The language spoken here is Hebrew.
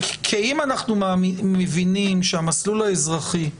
כי אם אנחנו מבינים שהמסלול האזרחי הוא